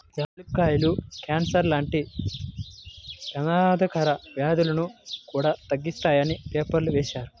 యాలుక్కాయాలు కాన్సర్ లాంటి పెమాదకర వ్యాధులను కూడా తగ్గిత్తాయని పేపర్లో వేశారు